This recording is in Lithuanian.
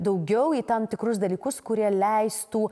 daugiau į tam tikrus dalykus kurie leistų